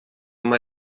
uma